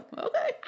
okay